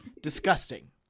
disgusting